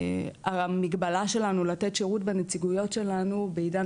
המגבלה שלנו לתת שירות בנציגויות שלנו בעידן